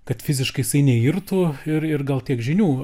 kad fiziškai neirtų ir ir gal tiek žinių